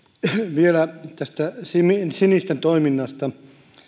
vielä tästä sinisten toiminnasta